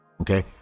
Okay